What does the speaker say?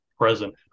present